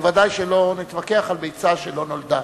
ודאי שלא נתווכח על ביצה שלא נולדה,